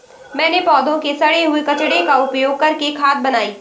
मैंने पौधों के सड़े हुए कचरे का उपयोग करके खाद बनाई